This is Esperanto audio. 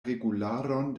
regularon